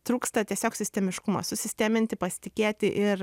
trūksta tiesiog sistemiškumo susisteminti pasitikėti ir